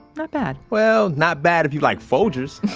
not bad well, not bad if you like folger's.